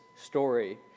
story